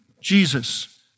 Jesus